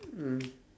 mm